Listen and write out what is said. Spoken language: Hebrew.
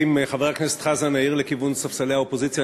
אם חבר הכנסת חזן העיר לכיוון ספסלי האופוזיציה,